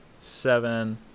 Seven